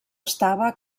estava